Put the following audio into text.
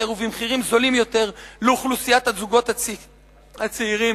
ובמחירים זולים יותר לאוכלוסיית הזוגות הצעירים",